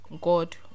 god